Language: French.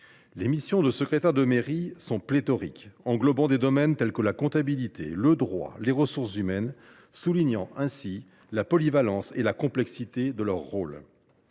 Les missions des secrétaires de mairie sont pléthoriques, englobant des domaines tels que la comptabilité, le droit, les ressources humaines, soulignant ainsi la polyvalence et la complexité de leur rôle.